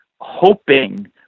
hoping